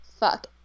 Fuck